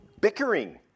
bickering